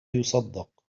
يُصدق